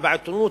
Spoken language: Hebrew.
ובעיתונות,